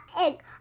egg